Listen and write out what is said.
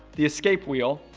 the escape wheel,